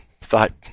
thought